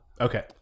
Okay